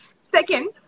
Second